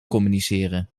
communiceren